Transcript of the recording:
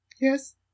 Yes